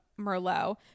Merlot